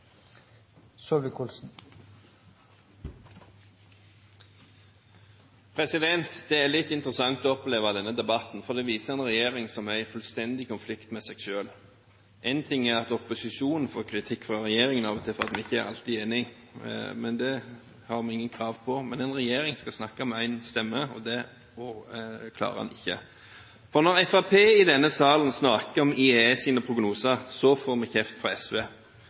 i fullstendig konflikt med seg selv. Én ting er at opposisjonen får kritikk fra regjeringen av og til fordi vi ikke alltid er enige – det har vi ikke krav på – men en regjering skal snakke med én stemme, og det klarer den ikke. For når Fremskrittspartiet i denne salen snakker om Industri Energis prognoser, får vi kjeft av SV. Men når olje- og energiministeren snakker om de samme prognosene, er det helt greit. Da hører vi ingen ting fra SV.